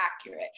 accurate